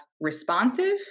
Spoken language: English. responsive